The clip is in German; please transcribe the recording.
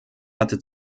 hatte